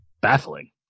Baffling